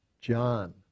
John